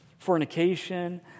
fornication